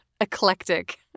eclectic